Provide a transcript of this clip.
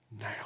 now